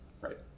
right